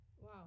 Wow